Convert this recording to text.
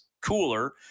cooler